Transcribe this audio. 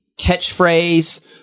catchphrase